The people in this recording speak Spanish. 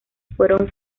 fueron